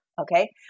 okay